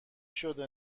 شده